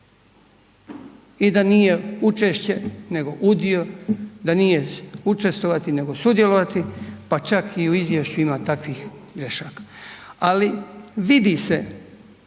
I da nije učešće nego udio, da nije učestvovati nego sudjelovati, pa čak i u izvješću ima takvih grešaka. Ali vidi se